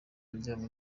aryamye